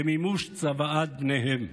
כמימוש צוואת בניהם.